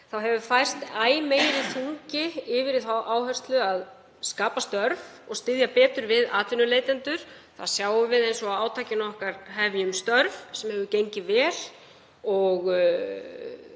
hefur æ meiri þungi færst yfir í þá áherslu að skapa störf og styðja betur við atvinnuleitendur. Það sjáum við eins og á átakinu okkar Hefjum störf, sem hefur gengið vel og